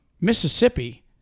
Mississippi